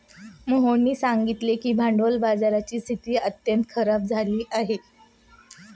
मोहननी सांगितले की भांडवल बाजाराची स्थिती अत्यंत खराब झाली आहे